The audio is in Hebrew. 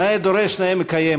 נאה דורש נאה מקיים.